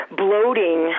bloating